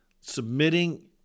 submitting